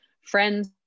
friends